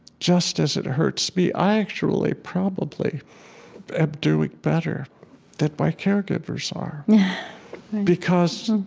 just as it hurts me. i actually probably am doing better than my caregivers are because